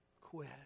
quit